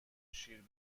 شیر